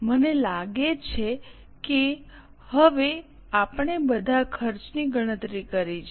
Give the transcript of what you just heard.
મને લાગે છે કે હવે આપણે બધા ખર્ચની ગણતરી કરી છે